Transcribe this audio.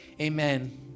Amen